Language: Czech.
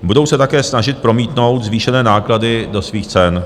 Budou se také snažit promítnout zvýšené náklady do svých cen.